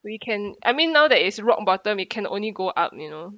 we can I mean now that it's rock bottom you can only go up you know